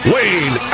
Wayne